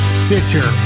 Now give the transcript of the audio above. stitcher